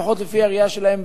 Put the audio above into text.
לפחות לפי הראייה שלהם,